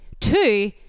Two